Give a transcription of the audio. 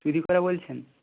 চুরি করা বলছেন